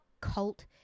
cult